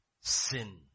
sin